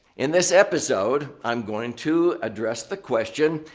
in this episode, i'm going to address the question,